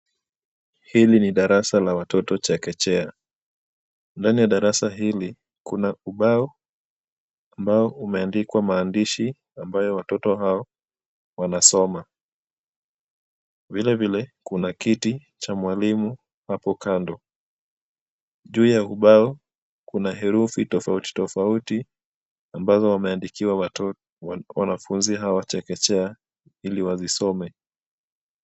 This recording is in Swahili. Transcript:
Hili ni darasa la watoto chekechekea ,ndani ya darasa hili kuna ubao ambao umeandikwa maandishi ambayo watoto hao wanasoma, vile vile kuna kiti cha mwalimu hapo kando , juu ya ubao kuna herufi tofauti tofauti ambazo wameandikiwa wanafunzi hawa wa chekechea ili wazisome.